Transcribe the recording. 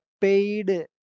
paid